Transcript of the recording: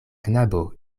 knabo